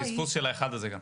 פספוס של האחד הזה.